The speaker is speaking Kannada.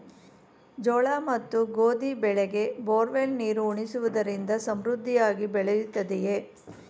ಜೋಳ ಮತ್ತು ಗೋಧಿ ಬೆಳೆಗೆ ಬೋರ್ವೆಲ್ ನೀರು ಉಣಿಸುವುದರಿಂದ ಸಮೃದ್ಧಿಯಾಗಿ ಬೆಳೆಯುತ್ತದೆಯೇ?